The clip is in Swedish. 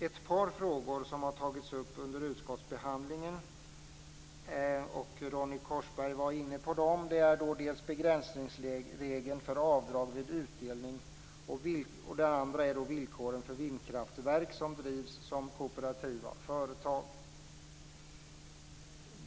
Ett par frågor som har tagits upp under utskottsbehandlingen - Ronny Korsberg var också inne på dem - är begränsningsregeln för avdrag vid utdelning samt villkoren för de vindkraftverk som drivs som kooperativa företag.